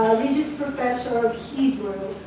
professor of hebrew.